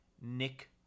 Nick